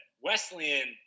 Wesleyan